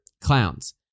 clowns